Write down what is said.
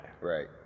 Right